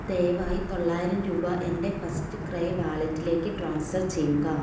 ദയവായി തൊള്ളായിരം രൂപ എൻ്റെ ഫസ്റ്റ് ക്രൈ വാലറ്റിലേക്ക് ട്രാൻസ്ഫർ ചെയ്യുക